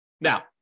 now